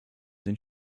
den